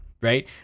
right